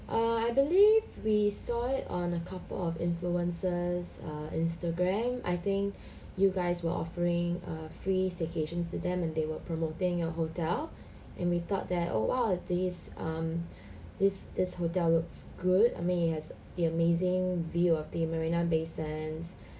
err I believe we saw it on a couple of influencers err Instagram I think you guys were offering a free staycations to them and they were promoting your hotel and we thought that oh !wow! this um this this hotel looks good I mean it has the amazing view of the marina bay sands